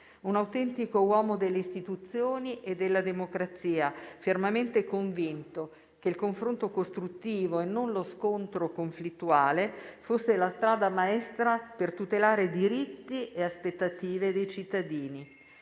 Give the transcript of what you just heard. un autentico uomo delle istituzioni e della democrazia, fermamente convinto che il confronto costruttivo e non lo scontro conflittuale fosse la strada maestra per tutelare diritti e aspettative dei cittadini.